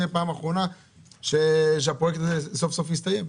יהיה הפעם האחרונה והפרויקט הזה סוף-סוף יסתיים.